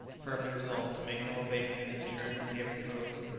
firmly resolved to make no abatement in the terms that he had proposed,